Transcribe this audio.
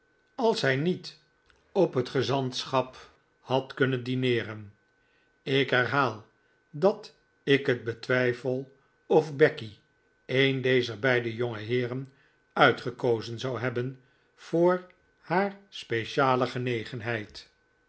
als hij niet op het gezantschap had kunnen dineeren ik herhaal dat ik het betwijfel of becky een dezer beide jonge heeren uitgekozen zou hebben voor haar speciale genegenheid